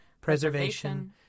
preservation